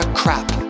crap